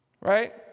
Right